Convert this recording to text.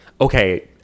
Okay